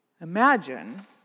Imagine